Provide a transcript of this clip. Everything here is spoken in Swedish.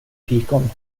fikon